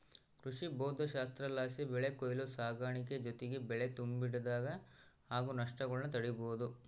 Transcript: ಕೃಷಿಭೌದ್ದಶಾಸ್ತ್ರಲಾಸಿ ಬೆಳೆ ಕೊಯ್ಲು ಸಾಗಾಣಿಕೆ ಜೊತಿಗೆ ಬೆಳೆ ತುಂಬಿಡಾಗ ಆಗೋ ನಷ್ಟಗುಳ್ನ ತಡೀಬೋದು